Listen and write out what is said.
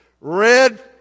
Red